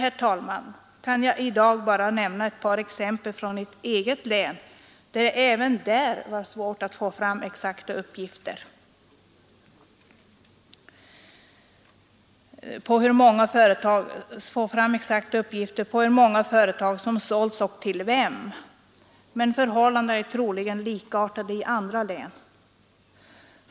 Därför kan jag i dag bara nämna ett par exempel från mitt eget län, och även där var det svårt att få fram exakta uppgifter om hur många företag som sålts och till vem. Förhållandena är troligen likartade i andra län.